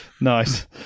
nice